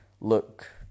look